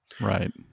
Right